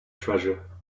treasure